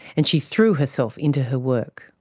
and she threw herself into her work.